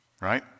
right